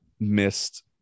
Missed